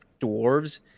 dwarves